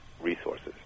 resources